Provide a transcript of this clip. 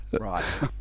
right